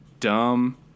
dumb